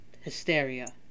hysteria